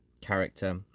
character